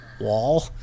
wall